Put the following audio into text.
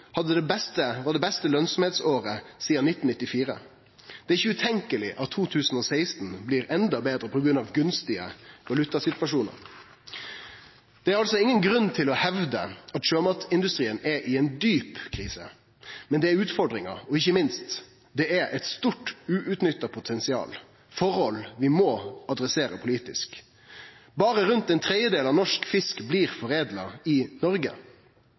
det mest lønsame året sidan 1994. Det er ikkje utenkjeleg at 2016 blir enda betre på grunn av gunstige valutasituasjonar. Det er altså ingen grunn til å hevde at sjømatindustrien er i ein djup krise. Men det er utfordringar, og ikkje minst, det er eit stort uutnytta potensial, forhold vi må adressere politisk. Berre rundt ein tredjedel av norsk fisk blir foredla i Noreg.